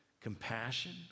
compassion